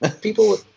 people